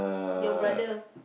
your brother